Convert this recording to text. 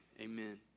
amen